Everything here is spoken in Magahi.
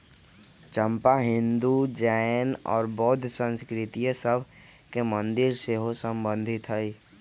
चंपा हिंदू, जैन और बौद्ध संस्कृतिय सभ के मंदिर से सेहो सम्बन्धित हइ